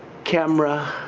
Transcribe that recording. camera,